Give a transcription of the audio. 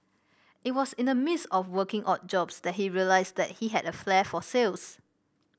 it was in the midst of working odd jobs that he realised that he had a flair for sales